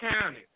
County